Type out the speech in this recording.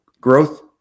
growth